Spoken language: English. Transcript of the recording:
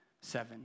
seven